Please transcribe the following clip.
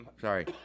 Sorry